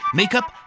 makeup